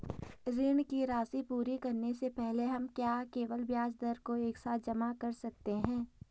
ऋण की राशि पूरी करने से पहले हम क्या केवल ब्याज दर को एक साथ जमा कर सकते हैं?